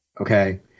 okay